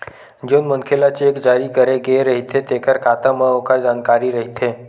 जउन मनखे ल चेक जारी करे गे रहिथे तेखर खाता म ओखर जानकारी रहिथे